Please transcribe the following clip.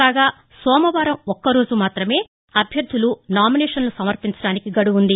కాగా సోమవారం ఒక్కరోజు మాత్రమే అభ్యర్థలు నామినేషన్లు సమర్పించడానికి గడువు వుంది